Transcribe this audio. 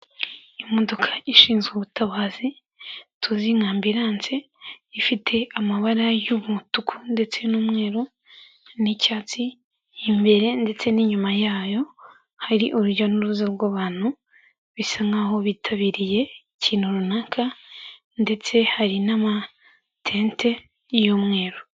Imodoka ishinzwe ubutabazi tuzi nka amburance, ifite amabara y'umutuku ndetse n'umweru n'icyatsi, imbere ndetse n'inyuma yayo hari urujya n'uruza rw'abantu, bisa nk'aho bitabiriye ikintu runaka, ndetse hari n'amatente y'umweru.